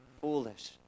foolish